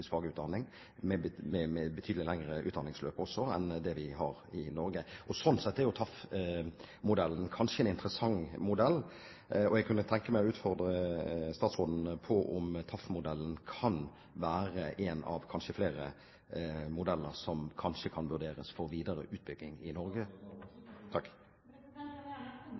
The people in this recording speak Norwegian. med betydelig lengre utdanningsløp også enn det vi gjør i Norge. Sånn sett er kanskje TAF-modellen en interessant modell. Jeg kunne tenke meg å utfordre statsråden på om TAF-modellen kan være én av flere modeller som kan vurderes for videre utbygging i Norge.